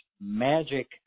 magic